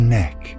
neck